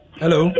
hello